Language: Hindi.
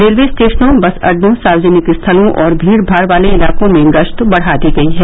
रेलवे स्टेशनों बस अड्डाँ सार्वजनिक स्थलों और भीड़भाड़ वाले इलाकों में गश्त बढ़ा दी है